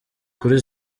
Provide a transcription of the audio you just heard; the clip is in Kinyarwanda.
kuri